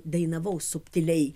dainavau subtiliai